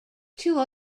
two